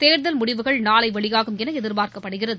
தேர்தல் முடிவுகள் நாளை வெளியாகும் என எதிர்பார்க்கப்படுகிறது